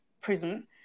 prison